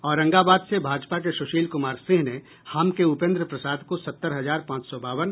औरंगाबाद से भाजपा के सुशील कुमार सिंह ने हम के उपेंद्र प्रसाद को सत्तर हजार पांच सौ बावन